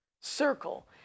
circle